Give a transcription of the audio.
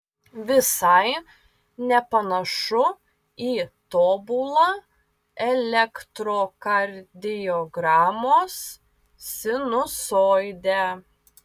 visai nepanašu į tobulą elektrokardiogramos sinusoidę